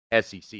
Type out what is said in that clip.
SEC